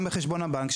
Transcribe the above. גם בחשבון הבנק,